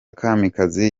kamikazi